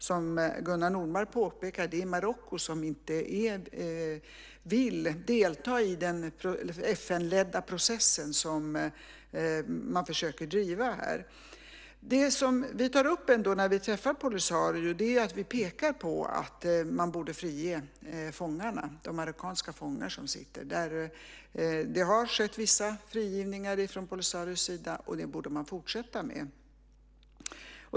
Som Gunnar Nordmark påpekade är det Marocko som inte vill delta i den FN-ledda process som man försöker driva här. Det vi ändå pekar på när vi träffar Polisario är att man borde frige de marockanska fångarna. Det har skett vissa frigivningar från Polisarios sida och det borde man fortsätta med.